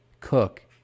Cook